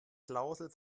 klausel